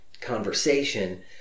conversation